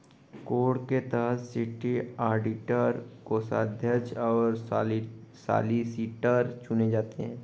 code के तहत city auditor, कोषाध्यक्ष और सॉलिसिटर चुने जाते हैं